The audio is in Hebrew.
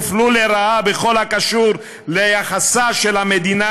והופלו לרעה בכל הקשור ליחסה של מדינת